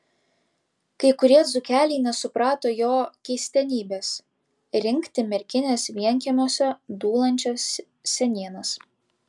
kai kurie dzūkeliai nesuprato jo keistenybės rinkti merkinės vienkiemiuose dūlančias senienas